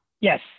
Yes